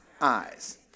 eyes